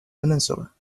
peninsula